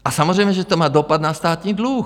A samozřejmě že to má dopad na státní dluh.